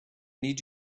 need